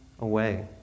away